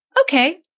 okay